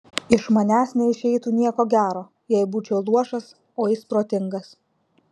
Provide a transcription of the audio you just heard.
iš manęs neišeitų nieko gero jei būčiau luošas o jis protingas